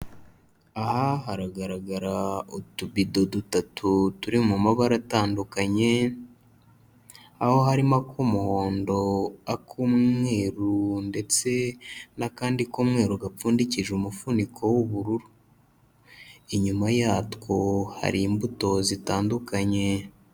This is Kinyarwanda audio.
Aha haragaragara utubido dutatu turi mu mabara atandukanye, aho harimo ak'umuhondo ak'umweru ndetse n'akandi k'umweru gapfundikije umufuniko w'ubururu, inyuma yatwo hari imbuto zitandukanye.